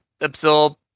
absorb